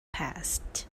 passed